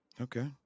Okay